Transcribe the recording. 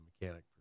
mechanic